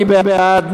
מי בעד?